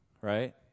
right